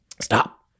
Stop